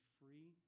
free